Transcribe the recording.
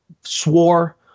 swore